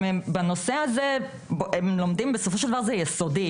בנושא הזה הם לומדים בסופו של דבר זה יסודי,